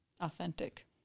Authentic